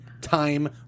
time